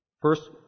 First